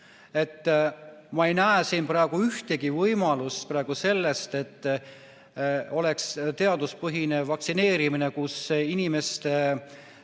Ma ei näe siin praegu ühtegi võimalus selleks, et oleks teaduspõhine vaktsineerimine, kus inimeste